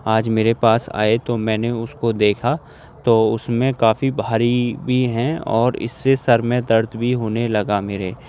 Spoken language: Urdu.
آج میرے پاس آئے تو میں نے اس کو دیکھا تو اس میں کافی بھاری بھی ہیں اور اس سے سر میں درد بھی ہونے لگا میرے